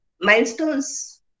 milestones